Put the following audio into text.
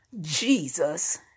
Jesus